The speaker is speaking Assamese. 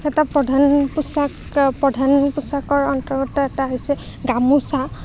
এটা প্ৰধান পোচাক প্ৰধান পোচাকৰ অন্তৰ্গত এটা হৈছে গামোছা